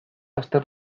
azter